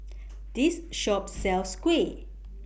This Shop sells Kuih